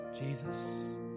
Jesus